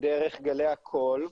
דרך גלי הקול.